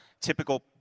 Typical